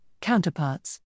counterparts